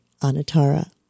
Anatara